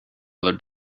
other